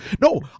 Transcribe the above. no